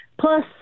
plus